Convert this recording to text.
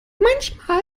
manchmal